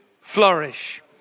flourish